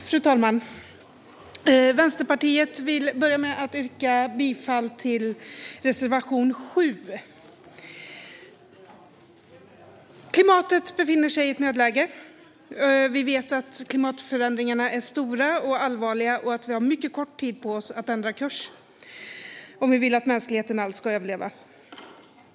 Fru talman! Jag vill för Vänsterpartiets räkning börja med att yrka bifall till reservation 7. Klimatet befinner sig i ett nödläge. Vi vet att klimatförändringarna är stora och allvarliga och att vi har mycket kort tid på oss att ändra kurs om vi vill att mänskligheten alls ska överleva.